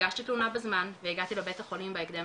הגשתי תלונה בזמן והגעתי לבית החולים בהקדם